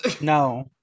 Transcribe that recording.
no